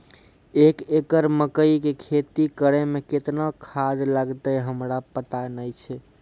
एक एकरऽ मकई के खेती करै मे केतना खाद लागतै हमरा पता नैय छै?